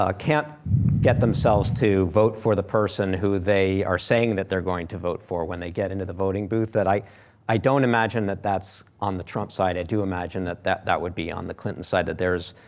ah can't get themselves to vote for the person who they are saying that they're going to vote for when they get into the voting booth. that i i don't imagine that that's on the trump side, i do imagine that that that would be on the clinton side. that there's,